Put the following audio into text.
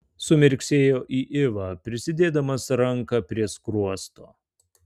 sumirksėjo į ivą prisidėdamas ranką prie skruosto